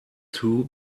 two